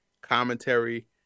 commentary